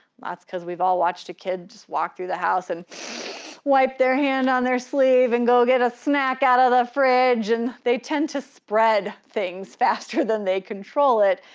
that's cause we've all watched a kid, just walk through the house and wipe their hand on their sleeve and go get a snack out of the fridge and they tend to spread things faster than they control it,